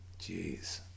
Jeez